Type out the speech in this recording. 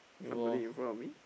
somebody in front of me